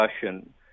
discussion